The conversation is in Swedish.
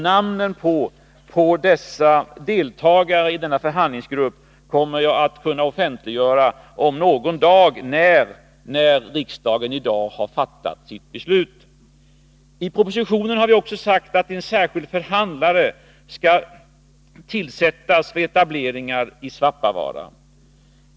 Namnen på deltagarna i denna förhandlingsgrupp kommer jag att kunna offentliggöra om någon dag, efter att riksdagen i dag har fattat sitt beslut. I propositionen har vi också sagt att en särskild förhandlare skall tillsättas för etableringar i Svappavaara.